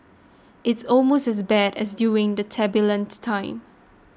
it's almost as bad as during the time